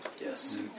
Yes